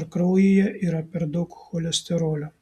ar kraujyje yra per daug cholesterolio